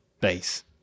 base